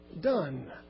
done